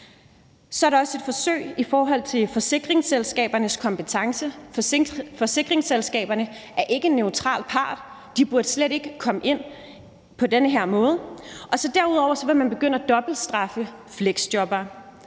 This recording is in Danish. Så er der også et forsøg i forhold til forsikringsselskabernes kompetence. Forsikringsselskaberne er ikke en neutral part, de burde slet ikke komme ind på den her måde. Derudover vil man begynde at dobbeltstraffe fleksjobbere